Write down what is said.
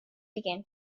began